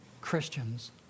Christians